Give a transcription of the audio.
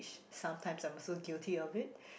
sometimes I'm so guilty of it